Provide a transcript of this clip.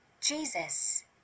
Jesus